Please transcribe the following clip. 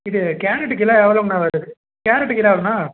இது carrot kilo எவ்ளோங்க அண்ணா வருது கேரட்டு கிலோ எவ்ளோ அண்ணா